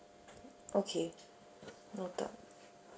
okay noted